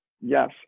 yes